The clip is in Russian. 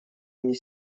мне